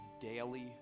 daily